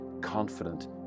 confident